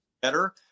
better